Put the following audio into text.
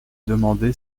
demandé